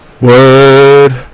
Word